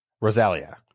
Rosalia